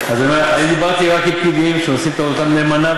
דיברתי רק עם פקידים שעושים את עבודתם נאמנה,